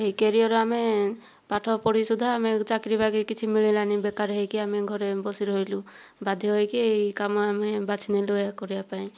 ଏହି କ୍ୟାରିଅର ଆମେ ପାଠ ପଢ଼ି ସୁଦ୍ଧା ଆମେ ଚାକିରି ବାକିରି କିଛି ମିଳିଲାନାହିଁ ବେକାର ହୋଇକି ଆମେ ଘରେ ବସି ରହିଲୁ ବାଧ୍ୟ ହୋଇକି ଏହି କାମ ଆମେ ବାଛି ନେଲୁ ଏହା କରିବା ପାଇଁ